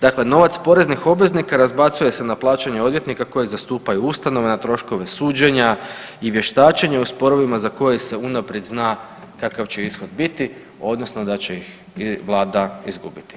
Dakle, novac poreznih obveznika razbacuje se na plaćanje odvjetnika koji zastupaju ustanove, na troškove suđenja i vještačenja u sporovima za koje se unaprijed zna kakav će ishod biti odnosno da će ih vlada izgubiti.